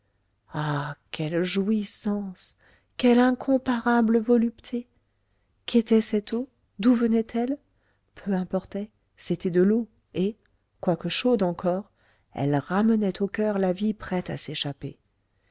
ah quelle jouissance quelle incomparable volupté qu'était cette eau d'où venait-elle peu importait c'était de l'eau et quoique chaude encore elle ramenait au coeur la vie prête à s'échapper